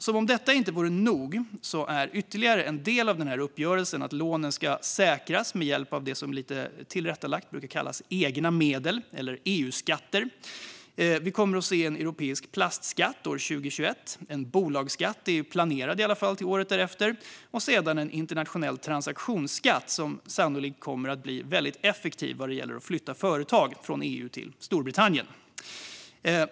Som om detta inte vore nog är ytterligare en del av uppgörelsen att lånen ska säkras med hjälp av det som lite tillrättalagt brukar kallas egna medel eller EU-skatter. Vi kommer att se en europeisk plastskatt år 2021, en bolagsskatt är planerad till året därefter och sedan en internationell transaktionsskatt som sannolikt kommer att bli effektiv vad gäller att flytta företag från EU till Storbritannien.